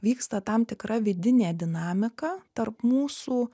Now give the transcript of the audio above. vyksta tam tikra vidinė dinamika tarp mūsų